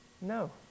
No